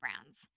brands